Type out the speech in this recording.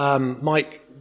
Mike